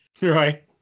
Right